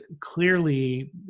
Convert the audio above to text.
clearly